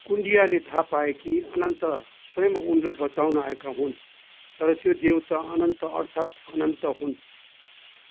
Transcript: कुन्डियाले थाहा पाए कि अनन्त स्वयम् उनलाई बचाउन आएका हुन् तर त्यो देवता अनन्त अर्थात् अनन्त हुन्